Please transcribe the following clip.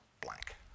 blank